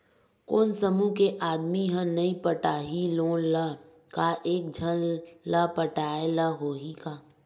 कोन समूह के आदमी हा नई पटाही लोन ला का एक झन ला पटाय ला होही का?